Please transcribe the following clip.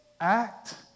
act